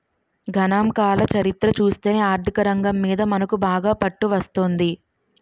గణాంకాల చరిత్ర చూస్తేనే ఆర్థికరంగం మీద మనకు బాగా పట్టు వస్తుంది